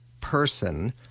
person